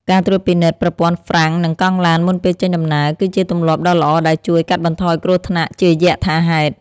ការត្រួតពិនិត្យប្រព័ន្ធហ្វ្រាំងនិងកង់ឡានមុនពេលចេញដំណើរគឺជាទម្លាប់ដ៏ល្អដែលជួយកាត់បន្ថយគ្រោះថ្នាក់ជាយថាហេតុ។